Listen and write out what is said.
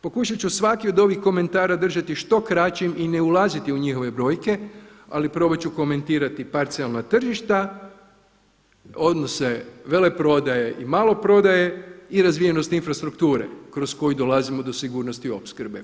Pokušat ću svaki od ovih komentara držati što kraćim i ne ulaziti u njihove brojke, ali probat ću komentirati parcijalna tržišta, odnose veleprodaje i maloprodaje i razvijenosti infrastrukture kroz koju dolazimo do sigurnosti opskrbe.